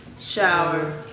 Shower